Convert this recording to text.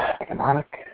economic